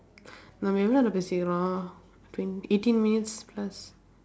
நம்ம எவ்வளவு நேரம் பேசிருக்கிறோம்:namma evvalavu neeram peesirukkiroom twen~ eighteen minutes plus